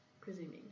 presuming